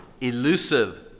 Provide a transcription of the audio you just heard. elusive